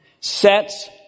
sets